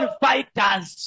fighters